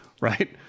right